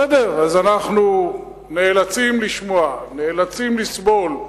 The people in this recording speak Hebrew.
בסדר, אז אנחנו נאלצים לשמוע, נאלצים לסבול.